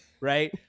right